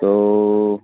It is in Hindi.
तो